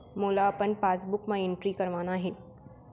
मोला अपन पासबुक म एंट्री करवाना हे?